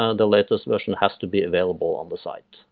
ah and latest version has to be available on the site,